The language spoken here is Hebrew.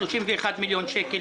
על סך של 31 מיליון שקל,